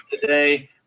today